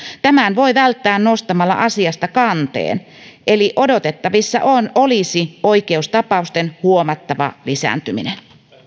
tämän voi välttää nostamalla asiasta kanteen eli odotettavissa olisi oikeustapausten huomattava lisääntyminen